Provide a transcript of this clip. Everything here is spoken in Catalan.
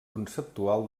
conceptual